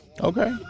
Okay